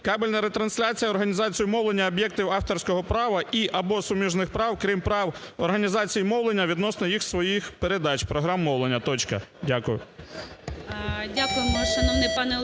"кабельна ретрансляція, організація мовлення об'єктів авторського права і (або) суміжних прав, крім прав організації мовлення відносно їх своїх передач (програм мовлення)". Точка. Дякую.